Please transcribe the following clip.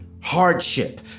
Hardship